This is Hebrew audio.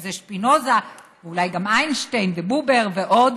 שזה שפינוזה, אולי גם איינשטיין ובובר ועוד,